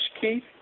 Keith